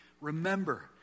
Remember